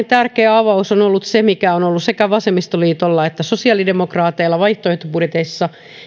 tärkeä avaus on ollut se mikä on ollut sekä vasemmistoliitolla että sosiaalidemokraateilla vaihtoehtobudjeteissa